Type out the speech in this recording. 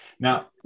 now